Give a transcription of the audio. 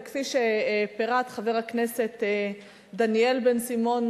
וכפי שפירט חבר הכנסת דניאל בן-סימון,